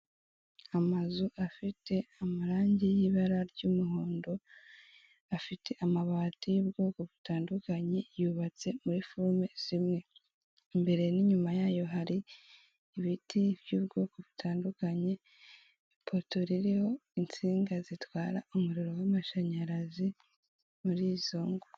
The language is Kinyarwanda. Amazu afite amarange y'ibara ry'umuhondo, afite amabati y'ubwoko butandukanye yubatse muri forome zimwe. Imbere n'inyuma yayo hari ibiti by'ubwoko butandukanye, ipoto ririho insinga zitwara umuriro w'amashanyarazi muri izo ngo.